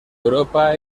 europa